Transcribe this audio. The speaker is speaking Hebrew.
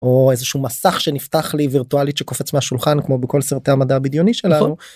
או איזשהו מסך שנפתח לי וירטואלית שקופץ מהשולחן כמו בכל סרטי המדע בדיוני שלנו.